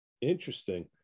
interesting